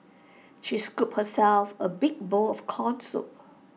she scooped herself A big bowl of Corn Soup